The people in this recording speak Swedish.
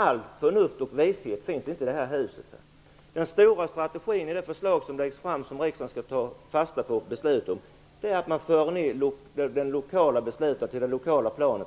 Allt förnuft och vishet finns inte i det här huset, Per Unckel. Den stora strategin i de förslag som läggs fram och som riksdagen skall ta ställning till och besluta om är att man för ner beslutandet till det lokala planet.